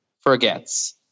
forgets